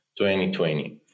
2020